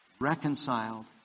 reconciled